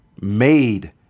made